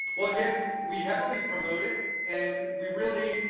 well again, we we heavily promote it, and we really,